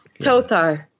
Tothar